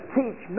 teach